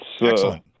excellent